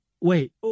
Wait